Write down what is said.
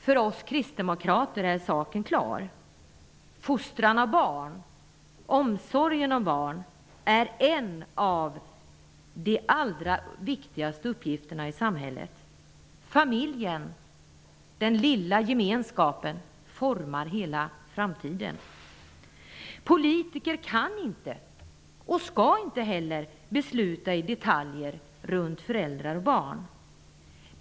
För oss kristdemokrater är saken klar: Fostran av barn, omsorgen om barn, är en av de allra viktigaste uppgifterna i samhället. Familjen, den lilla gemenskapen, formar hela framtiden. Politiker kan inte, och skall inte heller, besluta i detaljer runt föräldrar och barn.